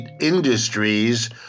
industries